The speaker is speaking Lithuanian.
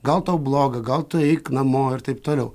gal tau bloga gal tu eik namo ir taip toliau